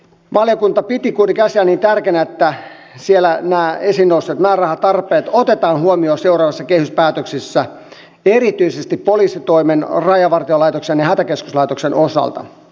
valiokunta piti kuitenkin asiaa niin tärkeänä että siellä nämä esiin nostetut määrärahatarpeet otetaan huomioon seuraavissa kehyspäätöksissä erityisesti poliisitoimen rajavartiolaitoksen ja hätäkeskuslaitoksen osalta